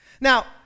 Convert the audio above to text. Now